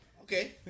Okay